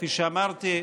כפי שאמרתי,